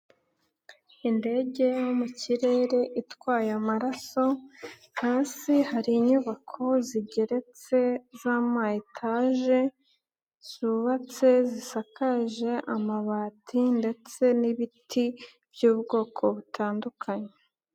Indege yo mu kirere itwaye amaraso hasi hari inyubako zigeretse z'amayetage zubatse zisakaje amabati ndetse n'ibiti by'ubwoko butandukanye.